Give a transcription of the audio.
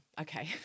okay